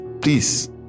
please